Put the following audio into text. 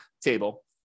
table